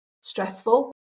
stressful